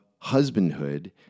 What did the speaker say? husbandhood